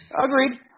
Agreed